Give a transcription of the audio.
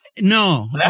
no